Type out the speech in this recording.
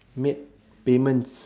made payments